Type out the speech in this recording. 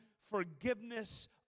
forgiveness